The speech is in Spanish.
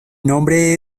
nombre